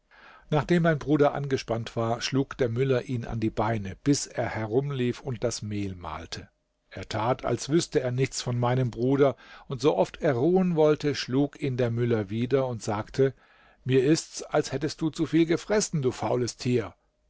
nachdem mein bruder angespannt war schlug der müller ihn an die beine bis er herumlief und das mehl mahlte er tat als wüßte er nichts von meinem bruder und so oft er ruhen wollte schlug ihn der müller wieder und sagte mir ist als hättest du zu viel gefressen du faules tier